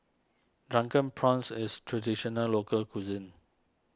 Drunken Prawns is Traditional Local Cuisine